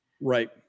Right